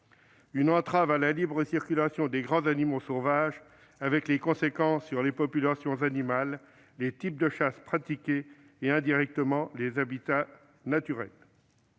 une entrave à la libre circulation des grands animaux sauvages, avec des conséquences sur les populations animales, les types de chasse pratiqués et, indirectement, les habitats naturels